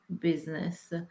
business